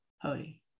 holy